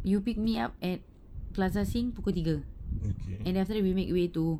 you pick me up at plaza sing pukul tiga and then after that we make way to